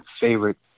favorite